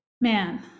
man